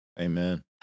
Amen